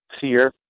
fear